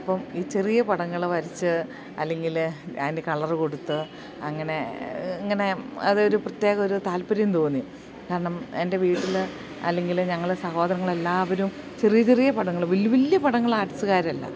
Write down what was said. അപ്പം ഈ ചെറിയ പടങ്ങൾ വരച്ച് അല്ലെങ്കിൽ അതിൻ്റെ കളർ കൊടുത്ത് അങ്ങനെ ഇങ്ങനെ അതൊരു പ്രത്യേകമൊരു താല്പര്യം തോന്നി കാരണം എൻ്റെ വീട്ടിൽ അല്ലെങ്കിൽ ഞങ്ങൾ സഹോദരങ്ങളെല്ലാവരും ചെറിയ ചെറിയ പടങ്ങൾ വലിയ വലിയ പടങ്ങൾ ആർട്ട്സുകാരല്ല